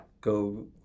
go